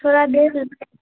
تھوڑا دیر